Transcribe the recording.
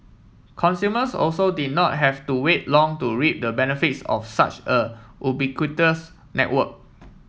consumers also did not have to wait long to reap the benefits of such a ubiquitous network